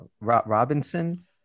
Robinson